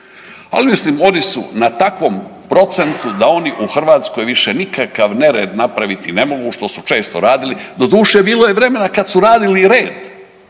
ali mislim oni su na takvom procentu da oni u Hrvatskoj više nikakav nered napraviti ne mogu što su često radili. Doduše bilo je vremena kada su radili red